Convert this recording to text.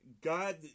God